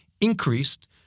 increased